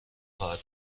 خواهد